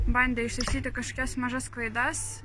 bandė ištaisyti kažkokias mažas klaidas